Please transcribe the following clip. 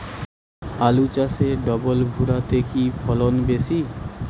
আলু চাষে ডবল ভুরা তে কি ফলন বেশি?